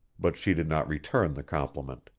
but she did not return the compliment.